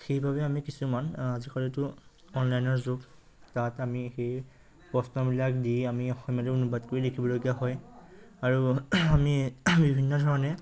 সেইবাবে আমি কিছুমান আজিকালিতো অনলাইনৰ যুগ তাত আমি সেই প্ৰশ্নবিলাক দি আমি অসমীয়াতে অনুবাদ কৰি লিখিবলগীয়া হয় আৰু আমি বিভিন্ন ধৰণে